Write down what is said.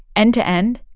end to end,